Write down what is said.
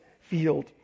field